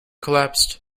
collapsed